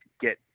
get